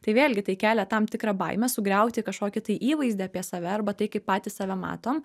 tai vėlgi tai kelia tam tikrą baimę sugriauti kažkokį tai įvaizdį apie save arba tai kaip patys save matom